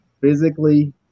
physically